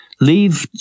leave